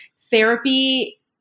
therapy